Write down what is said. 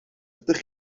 ydych